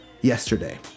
yesterday